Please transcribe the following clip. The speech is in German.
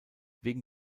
wegen